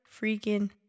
freaking